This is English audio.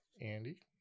Andy